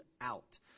out